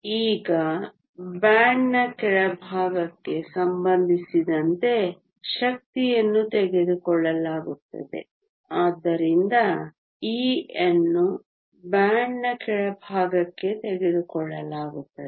ಈಗ ಬ್ಯಾಂಡ್ನ ಕೆಳಭಾಗಕ್ಕೆ ಸಂಬಂಧಿಸಿದಂತೆ ಶಕ್ತಿಯನ್ನು ತೆಗೆದುಕೊಳ್ಳಲಾಗುತ್ತದೆ ಆದ್ದರಿಂದ E ಅನ್ನು ಬ್ಯಾಂಡ್ನ ಕೆಳಭಾಗಕ್ಕೆ ತೆಗೆದುಕೊಳ್ಳಲಾಗುತ್ತದೆ